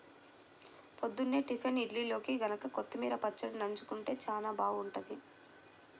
పొద్దున్నే టిఫిన్ ఇడ్లీల్లోకి గనక కొత్తిమీర పచ్చడి నన్జుకుంటే చానా బాగుంటది